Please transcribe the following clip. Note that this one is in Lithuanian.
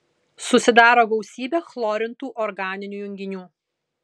susidaro gausybė chlorintų organinių junginių